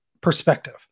Perspective